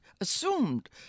assumed